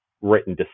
written